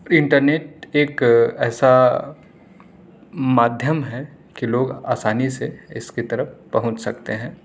internet ایک ایسا مادھیم ہے کہ لوگ آسانی سے اس کی طرف پہنچ سکتے ہیں